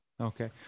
Okay